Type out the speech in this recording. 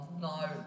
No